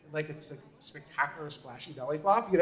like it's a spectacular, splashy belly flop. you know